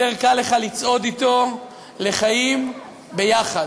יותר קל לך לצעוד אתו לחיים ביחד.